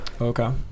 Okay